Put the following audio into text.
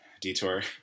detour